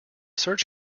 search